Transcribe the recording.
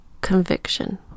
conviction